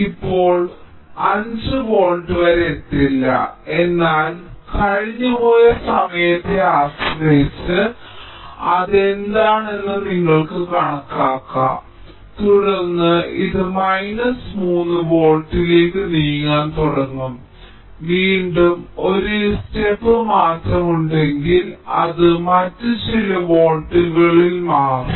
ഇപ്പോൾ 5 വോൾട്ട് വരെ എത്തില്ല എന്നാൽ കഴിഞ്ഞുപോയ സമയത്തെ ആശ്രയിച്ച് അത് എന്താണെന്ന് നിങ്ങൾക്ക് കണക്കാക്കാം തുടർന്ന് അത് മൈനസ് 3 വോൾട്ടിലേക്ക് നീങ്ങാൻ തുടങ്ങും വീണ്ടും ഒരു ഘട്ടം മാറ്റമുണ്ടെങ്കിൽ അത് മറ്റ് ചില വോൾട്ടുകളിൽ മാറും